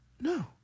No